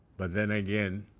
but, then again,